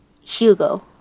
Hugo